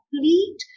complete